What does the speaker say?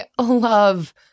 love